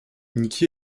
nikki